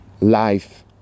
life